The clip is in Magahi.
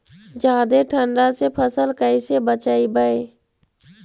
जादे ठंडा से फसल कैसे बचइबै?